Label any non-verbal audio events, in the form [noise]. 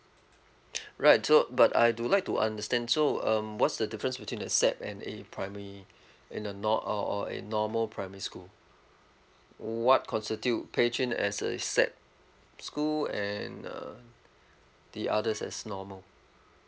[breath] right so but I would like to understand so um what's the difference between the SAP and a primary in a not uh uh in normal primary school what constitute pei chun as a SAP school and uh the others as normal